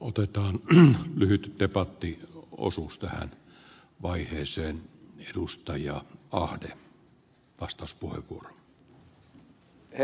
otetaan lyhyt debatti osuus tähän vaiheeseen edus ta ja ahde herra puhemies